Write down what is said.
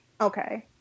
okay